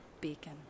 beacon